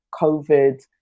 COVID